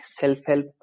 self-help